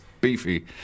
beefy